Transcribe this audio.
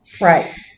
Right